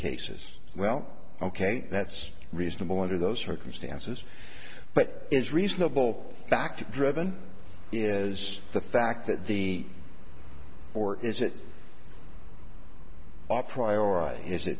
cases well ok that's reasonable under those circumstances but is reasonable fact driven is the fact that the or is it our priority is